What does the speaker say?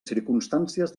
circumstàncies